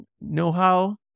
know-how